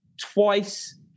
Twice